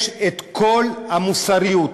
יש כל המוסריות